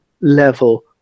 level